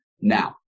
Now